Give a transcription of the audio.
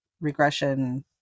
regression